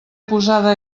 posada